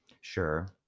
sure